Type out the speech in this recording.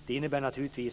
Detta innebär att de